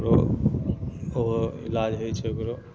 ओकरो ओहो इलाज होइ छै ओकरो